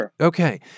Okay